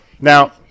Now